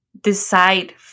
decide